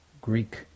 Greek